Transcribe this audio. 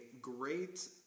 great